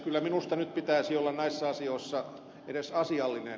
kyllä minusta nyt pitäisi olla näissä asioissa edes asiallinen